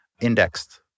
indexed